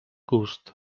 gust